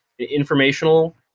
Informational